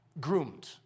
groomed